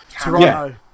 Toronto